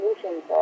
solutions